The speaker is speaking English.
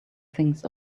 things